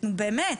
נו, באמת.